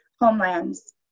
homelands